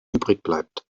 übrigbleibt